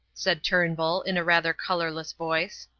said turnbull, in a rather colourless voice.